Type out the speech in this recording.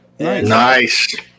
nice